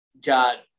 God